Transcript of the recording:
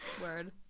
word